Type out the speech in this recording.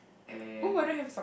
and